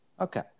Okay